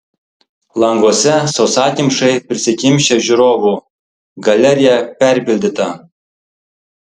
languose sausakimšai prisikimšę žiūrovų galerija perpildyta